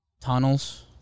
Tunnels